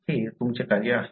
ते तुमचे कार्य आहे